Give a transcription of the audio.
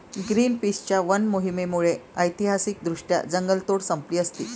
ग्रीनपीसच्या वन मोहिमेमुळे ऐतिहासिकदृष्ट्या जंगलतोड संपली असती